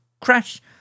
crash